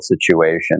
situation